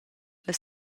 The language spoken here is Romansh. las